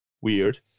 weird